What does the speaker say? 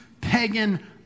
pagan